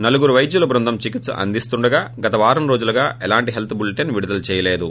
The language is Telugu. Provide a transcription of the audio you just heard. నలుగురు వైద్యుల బృందం చికిత్ప అందిస్తుండగా గత వారం రోజులుగా ఎలాంటి హెల్త్ బులిటెన్ విడుదల చేయలేదు